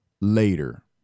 later